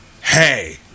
Hey